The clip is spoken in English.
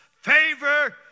favor